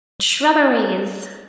Shrubberies